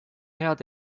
head